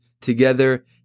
together